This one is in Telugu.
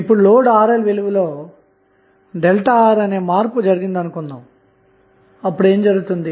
ఇప్పుడు లోడ్ RL విలువలో ΔR అనే మార్పు జరిగిందనుకొందాము ఇప్పుడు ఏమి జరుగుతుంది